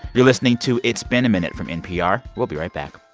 you're listening to it's been a minute from npr. we'll be right back